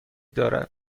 دارد